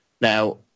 Now